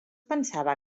pensava